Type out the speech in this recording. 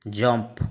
jump